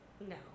No